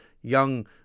young